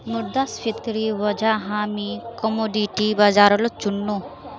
मुद्रास्फीतिर वजह हामी कमोडिटी बाजारल चुन नु